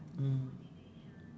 mm